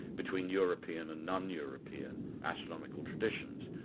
between european and non-european astronomical traditions,